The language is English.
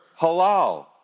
halal